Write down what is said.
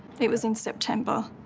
it was in september,